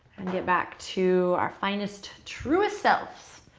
and get back to our finest, truest selves.